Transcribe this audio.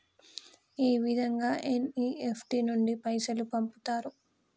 ఏ విధంగా ఎన్.ఇ.ఎఫ్.టి నుండి పైసలు పంపుతరు?